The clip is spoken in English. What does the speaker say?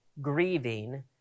grieving